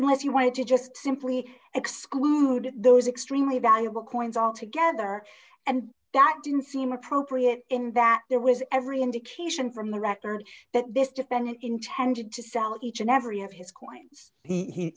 unless you wanted to just simply exclude those extremely valuable coins altogether and that didn't seem appropriate in that there was every indication from the record that this defendant intended to sell each and every of his coins he